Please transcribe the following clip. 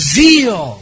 zeal